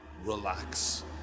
Relax